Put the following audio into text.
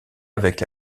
avec